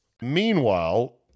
Meanwhile